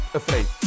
afraid